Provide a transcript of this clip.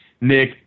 Nick